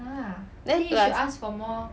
then the